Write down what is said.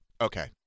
Okay